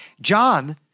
John